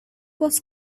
was